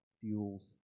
fuels